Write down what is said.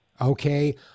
Okay